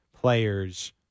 players –